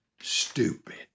stupid